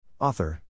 Author